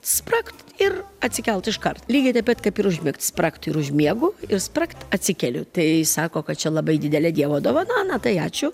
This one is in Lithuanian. spragt ir atsikelti iškart lygiai taip pat kaip ir užmigt spragt ir užmiegu ir spragt atsikeliu tai sako kad čia labai didelė dievo dovana na tai ačiū